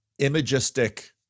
imagistic